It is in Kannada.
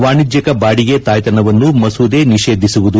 ವಾಣಿಜ್ಯಕ ಬಾಡಿಗೆ ತಾಯ್ತನವನ್ನು ಮಸೂದೆ ನಿಷೇಧಿಸುವುದು